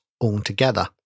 altogether